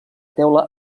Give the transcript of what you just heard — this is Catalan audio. teula